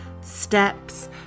steps